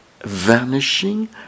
Vanishing